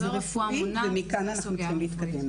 פעם אחת היא גם הרתה והפילה בשבוע השישי ואז היא כבר בת 43 פלוס,